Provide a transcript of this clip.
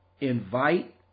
invite